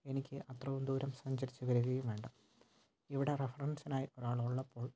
എനിക്ക് അത്രയും ദൂരം സഞ്ചരിച്ച് വരികയും വേണ്ട ഇവിടെ റെഫറെൻസിനായി ആൾ ഉള്ളപ്പോൾ